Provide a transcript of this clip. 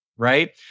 Right